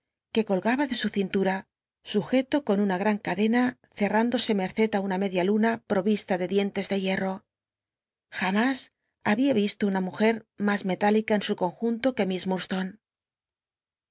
que colgaba de su ei ntut'a sujeto con ui u gran cadena ccrr indosc merced ti una media luna provista de dien tes de hierro jamás había visto una mujer mas metálica en su conjunto que mi